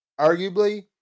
arguably